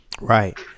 Right